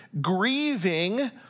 grieving